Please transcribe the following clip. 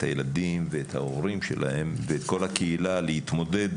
הילדים ואת ההורים שלהם ואת כל הקהילה להתמודד